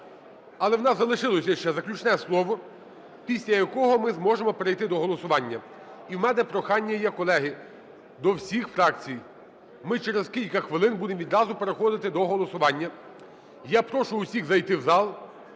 але у нас залишилося ще заключне слово, після якого ми зможемо перейти до голосування. І у мене прохання є, колеги, до всіх фракцій. Ми через кілька хвилин будемо відразу переходити до голосування, я прошу усіх зайти в зал,